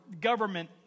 government